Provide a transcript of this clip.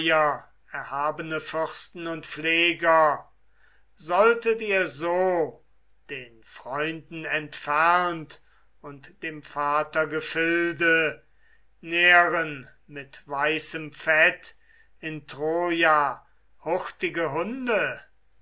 erhabene fürsten und pfleger solltet ihr so den freunden entfernt und dem vatergefilde nähren mit weißem fett in troja hurtige hunde